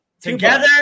Together